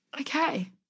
okay